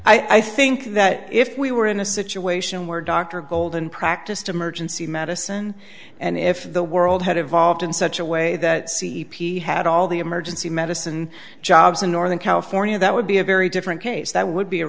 probably i think that if we were in a situation where dr golden practiced emergency medicine and if the world had evolved in such a way that c e p had all the emergency medicine jobs in northern california that would be a very different case that would be a